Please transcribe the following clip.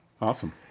Awesome